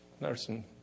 nursing